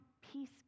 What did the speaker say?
peace